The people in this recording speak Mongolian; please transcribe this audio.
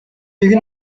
нэг